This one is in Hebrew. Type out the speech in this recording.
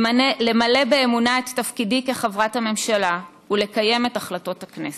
למלא באמונה את תפקידי כחברת הממשלה ולקיים את החלטות הכנסת.